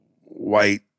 white